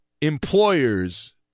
employers